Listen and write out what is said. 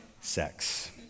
sex